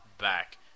back